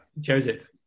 Joseph